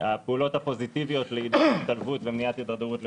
הפעולות הפוזיטיביות לעידוד ה --- ומניעת הדרדרות לפשע,